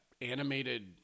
animated